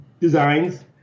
designs